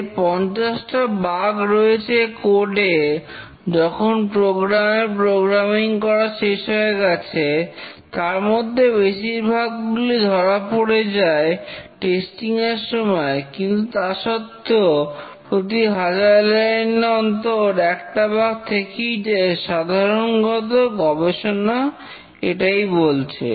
যে 50 টা বাগ রয়েছে কোড এ যখন প্রোগ্রামারের প্রোগ্রামিং করা শেষ হয়ে গেছে তার মধ্যে বেশির ভাগ গুলি ধরা পড়ে যায় টেস্টিং এর সময় কিন্তু তা সত্ত্বেও প্রতি হাজার লাইন অন্তর একটা বাগ থেকেই যায় সাধারণত গবেষণা অন্তত এটাই বলছে